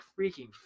freaking